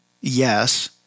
Yes